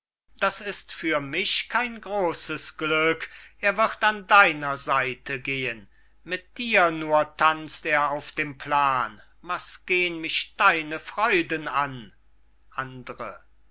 das ist für mich kein großes glück er wird an deiner seite gehen mit dir nur tanzt er auf dem plan was gehn mich deine freuden an